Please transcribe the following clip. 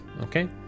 okay